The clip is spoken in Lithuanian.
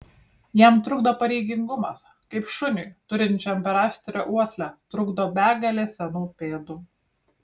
jam trukdo pareigingumas kaip šuniui turinčiam per aštrią uoslę trukdo begalė senų pėdų